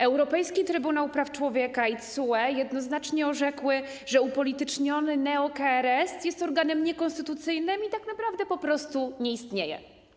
Europejski Trybunał Praw Człowieka i TSUE jednoznacznie orzekły, że upolityczniony neo-KRS jest organem niekonstytucyjnym i tak naprawdę po prostu nie istnieje.